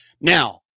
Now